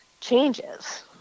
changes